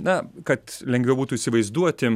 na kad lengviau būtų įsivaizduoti